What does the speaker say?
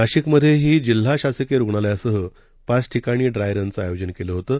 नाशिकमधेही जिल्हा शासकीय रुग्णालयासह पाच ठिकाणी ड्रायरनचं आयोजन केलं होतं